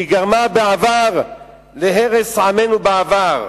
שגרמה להרס עמנו בעבר.